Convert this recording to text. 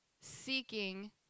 seeking